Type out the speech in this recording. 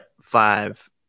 five